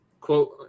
quote